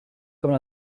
comme